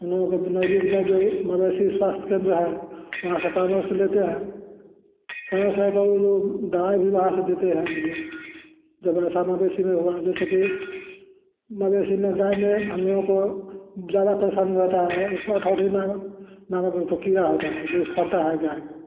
उन लोगों को बीमारी जो मवेशी स्वास्थ्य केंद्र है वहाँ से फार्मर से लेते हैं समय समय पर दवा भी वहाँ से देते हैं वो लोग जो बजे सारना बेसिन में हुआ जैसे कि मवेशी में गाय में हम लोगों को ज़्यादा परेशानी होता है उसमें नामक एक ठो कीड़ा होता है जो फरता है गाय का